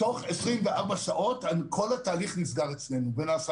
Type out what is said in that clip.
תוך 24 שעות כל התהליך נסגר אצלנו ונעשה